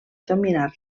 dominar